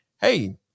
hey –